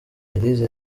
belise